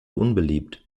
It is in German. unbeliebt